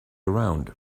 around